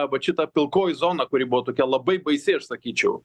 vat šita pilkoji zona kuri buvo tokia labai baisi aš sakyčiau